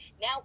Now